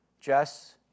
Jess